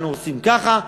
אנחנו עושים ככה.